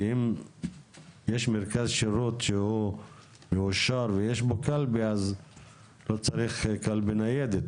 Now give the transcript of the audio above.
כי אם יש מרכז שירות שהוא מאושר ויש בו קלפי אז לא צריך קלפי ניידת,